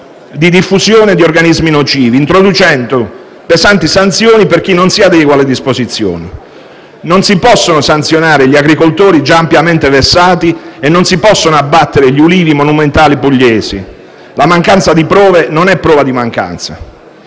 di diffusione di organismi nocivi, introducendo pesanti sanzioni per chi non si adegua alle disposizioni. Non si possono sanzionare gli agricoltori già ampiamente vessati e non si possono abbattere gli ulivi monumentali pugliesi: la mancanza di prove non è prova di mancanza.